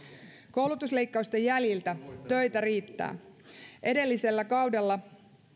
koulutusleikkausten jäljiltä töitä riittää edellisellä kaudella